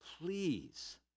please